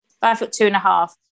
five-foot-two-and-a-half